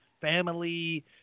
family